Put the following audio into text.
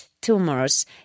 tumors